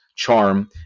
charm